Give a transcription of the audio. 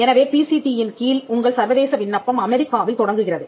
எனவே பிசிடி இன் கீழ் உங்கள் சர்வதேச விண்ணப்பம் அமெரிக்காவில் தொடங்குகிறது